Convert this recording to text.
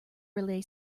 relay